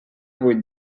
vuit